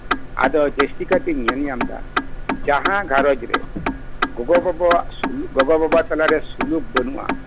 ᱟᱫᱚ ᱡᱟᱹᱥᱛᱤ ᱠᱟᱭᱛᱮᱧ ᱧᱮᱞ ᱧᱟᱢ ᱮᱫᱟ ᱡᱟᱦᱟᱸ ᱜᱷᱟᱸᱨᱚᱡᱽ ᱨᱮ ᱜᱚᱜᱚ ᱵᱟᱵᱟ ᱜᱚᱜᱚ ᱵᱟᱵᱟ ᱛᱟᱞᱟᱨᱮ ᱥᱩᱞᱩᱠ ᱵᱟᱹᱱᱩᱜᱼᱟ